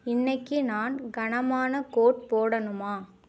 இன்னிக்கு நான் கனமான கோட் போடணுமா